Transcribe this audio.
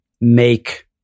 make